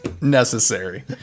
necessary